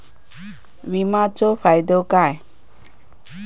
विमाचो फायदो काय?